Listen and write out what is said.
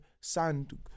sand